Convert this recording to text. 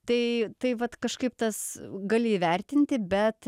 tai tai vat kažkaip tas gali įvertinti bet